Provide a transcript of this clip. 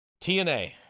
TNA